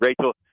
Rachel